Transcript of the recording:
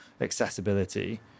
accessibility